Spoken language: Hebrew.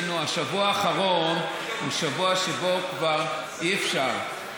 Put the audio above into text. השבוע האחרון הוא שבוע שבו כבר אי-אפשר,